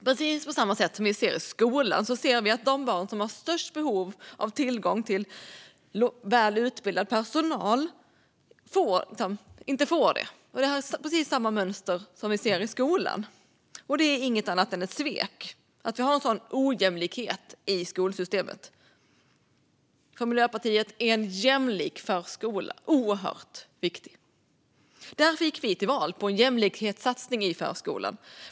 Precis som när det gäller skolan ser vi nu att de barn som har störst behov av tillgång till välutbildad personal är de som inte får det. Det är alltså precis samma mönster som det vi ser i skolan, och det är inget annat än ett svek att vi har en sådan ojämlikhet i skolsystemet. För Miljöpartiet är en jämlik förskola oerhört viktig. Därför gick vi till val på en jämlikhetssatsning på förskolan.